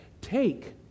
take